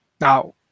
Now